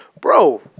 Bro